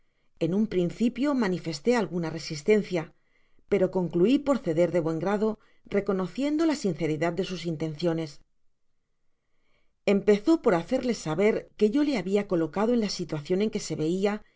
en un principio manifesté alguna resistencia pero conclui por ceder de buen grado reconociendo la sinceridad de sus intenciones empezó por hacerles saber que yo le babia colocado en la situacion en que se veia